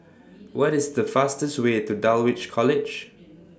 What IS The fastest Way to Dulwich College